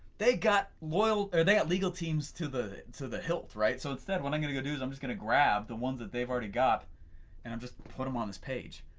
they got loyal or they've got legal teams to the to the hilt, right. so instead what i'm gonna go do is i'm just gonna grab the ones that they've already got and i'm just, put them on this page.